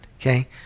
Okay